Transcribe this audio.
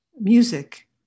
music